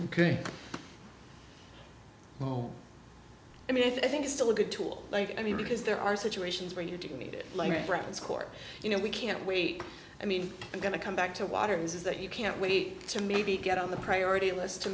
no i mean i think it's still a good tool like i mean because there are situations where you do need it like friends court you know we can't wait i mean i'm going to come back to waters is that you can't wait to maybe get on the priority list to